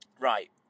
right